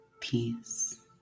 peace